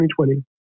2020